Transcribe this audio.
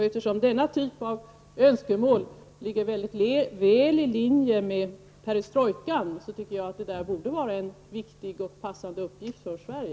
Eftersom denna typ av önskemål ligger väl i linje med perestrojkan, tycker jag att detta skulle vara en viktig och passande uppgift för Sverige.